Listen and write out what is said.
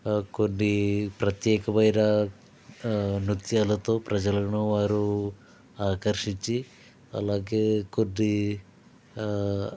ఆ కొన్ని ప్రత్యేకమైన ఆ నృత్యాలతో ప్రజలను వారు ఆకర్షించి అలాగే కొన్ని ఆ